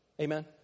Amen